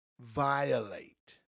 violate